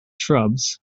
shrubs